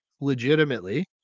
legitimately